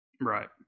right